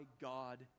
God